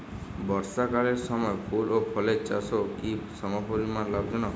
বর্ষাকালের সময় ফুল ও ফলের চাষও কি সমপরিমাণ লাভজনক?